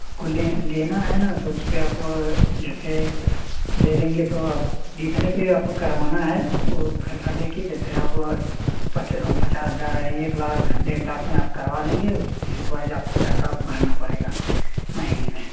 आपको लेना है ना तो उस पर आप जैसे ले लेंगे तो आप जीतने पर आपको करवाना है वह पैसा देकर जैसे आप पच पचास हज़ार है एक लाख डेढ़ लाख में आप करवा लेंगे उस किश्त वाइस आपको पैसा भरना पड़ेगा महीने में